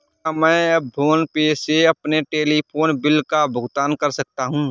क्या मैं PhonePe से अपने टेलीफोन बिल का भुगतान कर सकता हूँ?